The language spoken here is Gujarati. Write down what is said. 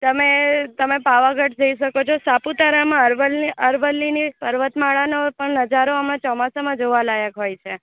તમે તમે પાવાગઢ જઈ શકો છો સાપુતારામાં અરવલ્લીની પર્વતમાળાનો પણ નજારો હમણાં ચોમાસામાં જોવાલાયક હોય છે